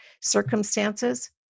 circumstances